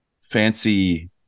fancy